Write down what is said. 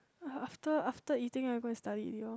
after after eating I am going to study already orh